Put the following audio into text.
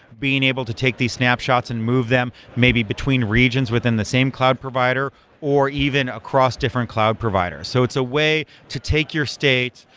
being able to take these snapshots and move them maybe between regions within the same cloud provider or even across different cloud provider. so it's a way to take your states,